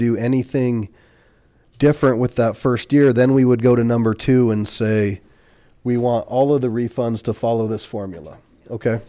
do anything different with that first year then we would go to number two and say we want all of the refunds to follow this formula ok